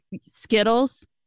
Skittles